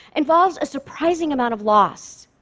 involves a surprising amount of loss.